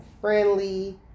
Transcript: friendly